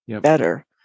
better